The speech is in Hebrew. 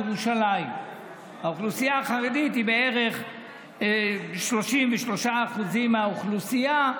בירושלים האוכלוסייה החרדית היא בערך 33% מהאוכלוסייה,